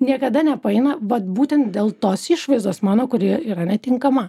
niekada nepaeina vat būtent dėl tos išvaizdos mano kuri yra netinkama